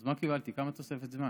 אז מה קיבלתי, כמה תוספת זמן?